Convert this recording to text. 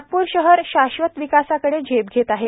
नागपूर शहर शाश्वत विकासाकडे झेप घेत आहे